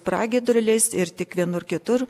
pragiedruliais ir tik vienur kitur